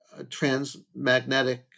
transmagnetic